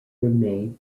remained